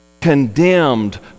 condemned